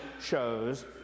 shows